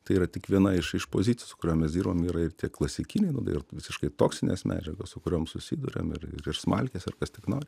tai yra tik viena iš iš pozicijų su kuriom mes dirbam yra ir tie klasikiniai ir visiškai toksinės medžiagos su kuriom susiduriam ir ir smalkės ir kas tik nori